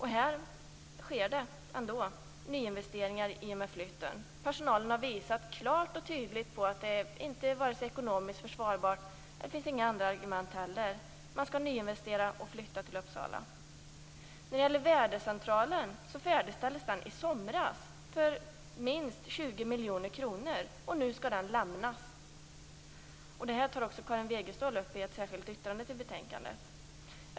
Här sker nyinvesteringar i samband med flytten. Personalen har visat klart och tydligt att det inte är vare sig ekonomiskt försvarbart eller att det finns andra argument. Det skall ske en nyinvestering och flytt till Uppsala. 20 miljoner kronor. Nu skall den lämnas! Detta tar Karin Wegestål upp i ett särskilt yttrande till betänkandet.